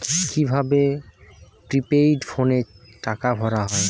কি ভাবে প্রিপেইড ফোনে টাকা ভরা হয়?